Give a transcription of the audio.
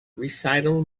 recital